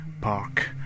park